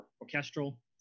orchestral